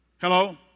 Hello